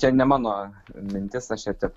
čia ne mano mintis aš čia tik